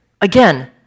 Again